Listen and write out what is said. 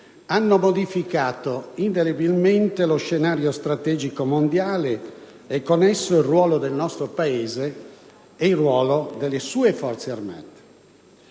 hanno modificato indelebilmente lo scenario strategico mondiale e, con esso, il ruolo del nostro Paese e il ruolo delle sue Forze armate.